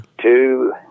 Two